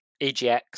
EGX